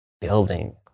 building